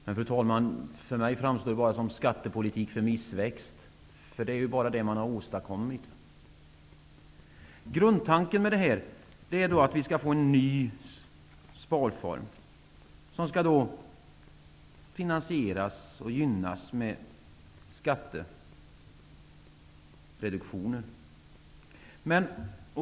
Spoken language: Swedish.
Men, fru talman, för mig framstår detta bara som skattepolitik för missväxt, eftersom det bara är det som man har åstadkommit. Grundtanken med det här förslaget är att det skall införas en ny sparform som skall finansieras och gynnas med skattereduktioner.